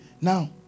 Now